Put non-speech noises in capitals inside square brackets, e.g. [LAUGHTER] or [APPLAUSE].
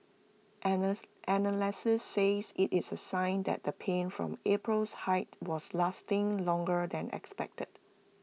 [UNINTELLIGIBLE] analysts says IT is A sign that the pain from April's hike was lasting longer than expected